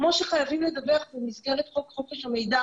כמו שחייבים לדווח במסגרת חוק חופש המידע